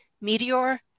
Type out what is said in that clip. meteor